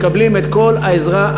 שמקבלים את כל העזרה,